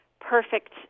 perfect